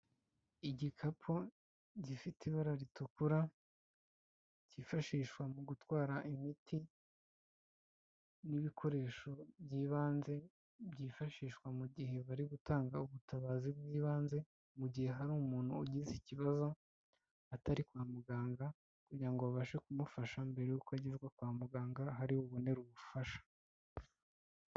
Igikapu gifite ibara ritukura cyifashishwa mu gutwara imiti, n'ibikoresho by'ibanze byifashishwa mu gihe bari gutanga ubutabazi bw'ibanze mu gihe hari umuntu ugize ikibazo atari kwa muganga kugira ngo babashe kumufasha mbere yuko agezwa kwa muganga ahari bubonere ubufasha.